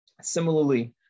similarly